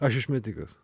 aš išmetikas